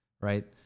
right